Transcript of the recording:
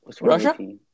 Russia